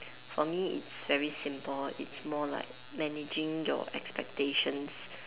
for me it's very simple it's more like managing your expectations